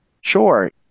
Sure